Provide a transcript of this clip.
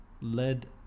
led